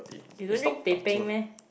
you don't drink teh peng meh